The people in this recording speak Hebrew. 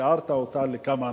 ותיארת אותה לכמה אנשים: